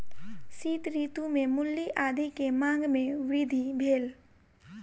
शीत ऋतू में मूली आदी के मांग में वृद्धि भेल